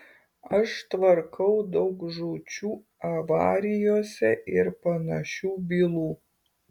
aš tvarkau daug žūčių avarijose ir panašių bylų